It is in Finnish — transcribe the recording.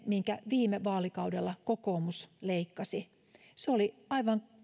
minkä viime vaalikaudella kokoomus teki oli aivan